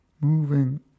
moving